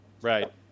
right